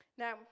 Now